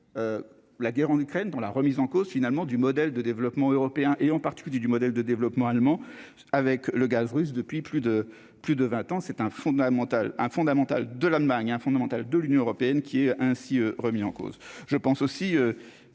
la guerre en Ukraine dans la remise en cause finalement du modèle de développement européen et en particulier du modèle de développement allemand avec le gaz russe depuis plus de plus de 20 ans c'est un fondamental ah fondamentale de l'Allemagne fondamentales de l'Union européenne qui est ainsi remis en cause,